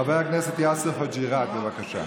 חבר הכנסת יאסר חוג'יראת, בבקשה.